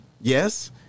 yes